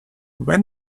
when